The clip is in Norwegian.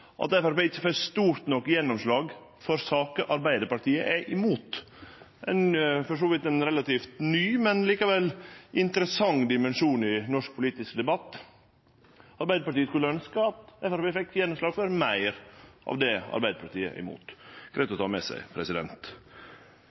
at Framstegspartiet ikkje får stort nok gjennomslag for saker Arbeidarpartiet er imot. Det er ein for så vidt relativt ny, men likevel interessant dimensjon i norsk politisk debatt. Arbeidarpartiet skulle ha ønskt at Framstegspartiet fekk gjennomslag for meir av det Arbeidarpartiet er imot. Det er greitt å ta med seg.